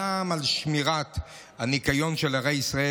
גם לשמירת הניקיון של ערי ישראל,